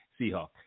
Seahawk